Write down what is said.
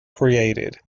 created